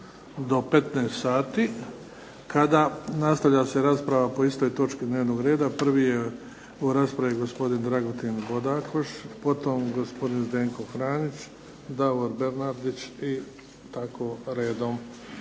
do 15 sati, kada nastavlja se rasprava po istoj točki dnevnog reda. Prvi je …/Ne razumije se./… raspravi gospodin Dragutin Bodakoš, potom gospodin Zdenko Franić, Davor Bernardić, i tako redom.